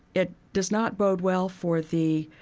it does not bode well for the